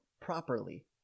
properly